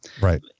right